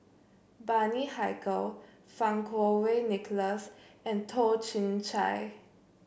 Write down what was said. Bani Haykal Fang Kuo Wei Nicholas and Toh Chin Chye